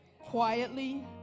quietly